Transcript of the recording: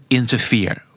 interfere